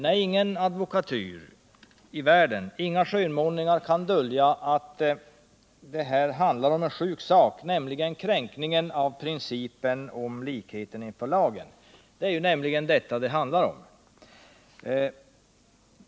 Nej, ingen advokatyr i världen, inga skönmålningar, kan dölja att det här handlar om en sjuk sak, nämligen kränkningen av principen om likhet inför lagen. Det är ju detta det handlar om.